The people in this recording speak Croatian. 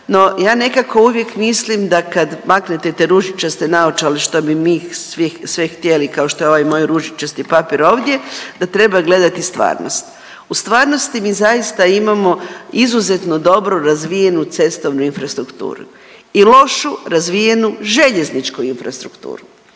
No ja nekako uvijek mislim da kad maknete te ružičaste naočale što bi mi sve htjeli kao što je ovaj moj ružičasti papir ovdje, da treba gledati stvarnost. U stvarnosti mi zaista imamo izuzetno dobro razvijenu cestovnu infrastrukturu i lošu razvijenu željezničku infrastrukturu.